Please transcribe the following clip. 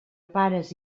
pares